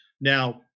Now